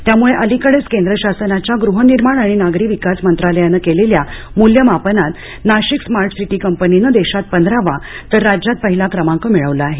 त्यामुळे अलिकडेच केंद्र शासनाच्या गृहनिर्माण आणि नागरी विकास मंत्रालयाने केलेल्या मुल्यमापनात नाशिक स्मार्ट सिटी कंपनीने देशात पंधरावा तर राज्यात पहिला क्रमांक मिळवला आहे